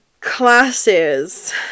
classes